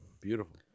Beautiful